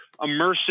immersive